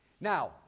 Now